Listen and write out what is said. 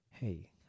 hey